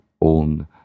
own